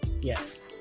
Yes